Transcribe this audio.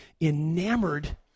enamored